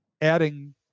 adding